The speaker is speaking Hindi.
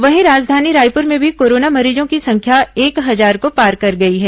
वहीं राजधानी रायपुर में भी कोरोना मरीजों की संख्या एक हजार को पार कर गई है